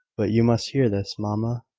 but you must hear this, mamma.